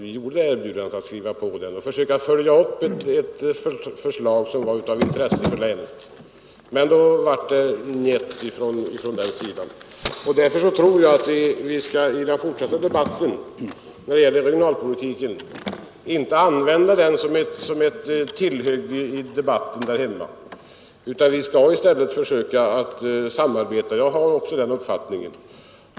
Vi erbjöd alla att skriva under den och att försöka följa upp det förslag där, som var av intresse för länet. Men då fick vi ett blankt ”njet” från den sidan. Därför tror jag att vi i den fortsatta debatten om regionalpolitiken inte skall använda den som ett tillhygge i debatten där hemma, utan vi skall i stället försöka samarbeta. Där har jag alltså samma uppfattning.